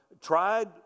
tried